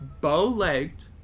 bow-legged